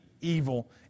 evil